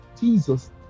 Jesus